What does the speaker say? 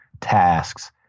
tasks